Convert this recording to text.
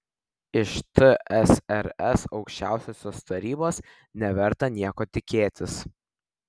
iš tsrs aukščiausiosios tarybos neverta nieko tikėtis